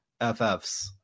FFs